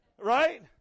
Right